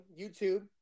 YouTube